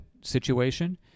situation